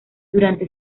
durante